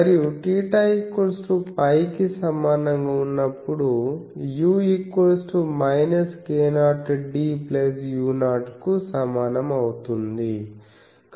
మరియు θ π కి సమానంగా ఉన్నప్పుడు u k 0 d u0 కు సమానం అవుతుంది